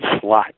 slot